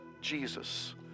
Jesus